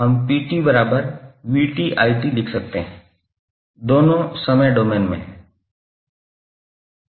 हम 𝑝𝑡𝑣𝑡𝑖𝑡 लिख सकते हैं दोनों समय डोमेन में हैं